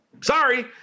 Sorry